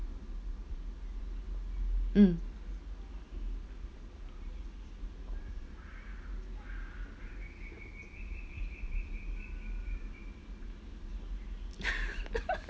mm